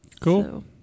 Cool